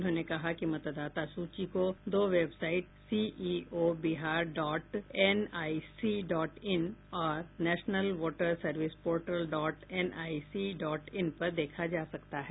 उन्होंने कहा कि मतदाता सूची को दो website CEO Bihar dot NIC dot in और national voter service portal dot NIC dot in पर देखा जा सकता है